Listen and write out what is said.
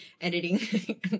editing